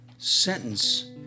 sentence